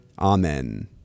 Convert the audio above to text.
amen